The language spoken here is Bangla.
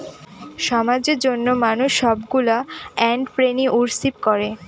সমাজের জন্য মানুষ সবগুলো এন্ট্রপ্রেনিউরশিপ করে